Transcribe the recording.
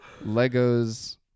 Lego's